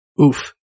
Oof